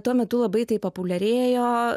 tuo metu labai tai populiarėjo